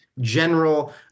general